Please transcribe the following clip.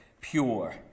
pure